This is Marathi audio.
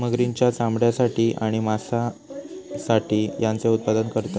मगरींच्या चामड्यासाठी आणि मांसासाठी याचे उत्पादन करतात